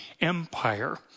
Empire